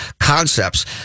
concepts